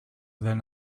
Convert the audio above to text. then